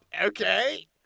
Okay